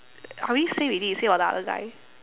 I already say already you say about the other guy